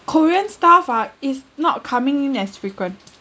korean stuff ah is not coming in as frequent